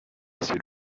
ciel